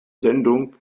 sendung